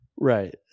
Right